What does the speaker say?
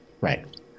right